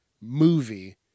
movie